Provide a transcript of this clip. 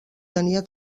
tenia